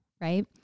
right